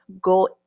go